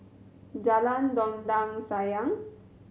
Jalan Dondang Sayang